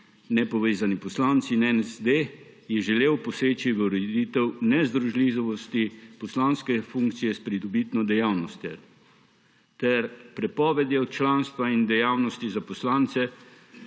Poslanska skupina SD, je želel poseči v ureditev nezdružljivosti poslanske funkcije s pridobitno dejavnostjo ter prepovedjo članstva in dejavnosti za poslance,